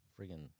Friggin